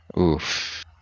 Oof